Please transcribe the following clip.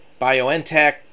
BioNTech